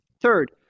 Third